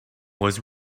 was